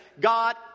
God